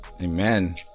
Amen